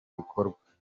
bikorwa